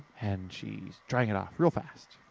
and she's drying it off, real fast.